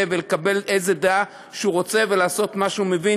ולקבל איזו דעה שהוא רוצה ולעשות מה שהוא מבין,